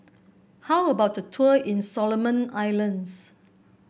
how about the tour in Solomon Islands